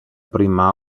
prima